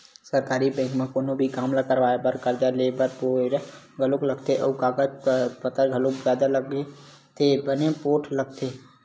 सरकारी बेंक म कोनो भी काम ल करवाय बर, करजा लेय बर बेरा घलोक लगथे अउ कागज पतर घलोक जादा लगथे बने पोठ लगथे